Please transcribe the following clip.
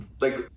like-